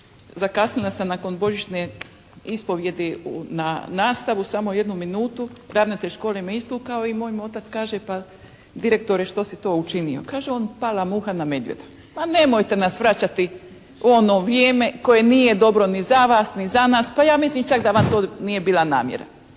zakasnila sam nakon božićne ispovijedi na nastavu samo jednu minutu, ravnatelj škole me istukao i moj mu otac kaže pa direktore što si to učinio. Kaže on "pala muha na medvjeda". Pa nemojte nas vraćati u ono vrijeme koje nije dobro ni za vas ni za nas, pa ja mislim čak da vam to nije bila namjera.